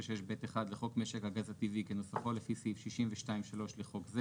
36(ב1) לחוק משק הגז הטבעי כנוסחו לפי סעיף 62(3) לחוק זה,